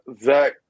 Zach